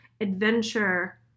adventure